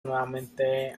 nuevamente